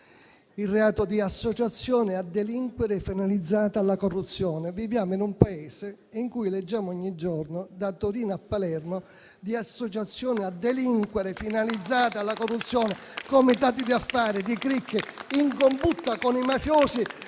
il reato di associazione a delinquere finalizzata alla corruzione. Viviamo in un Paese in cui leggiamo ogni giorno, da Torino a Palermo, di associazione a delinquere finalizzata alla corruzione, di comitati di affari, di cricche in combutta con i mafiosi,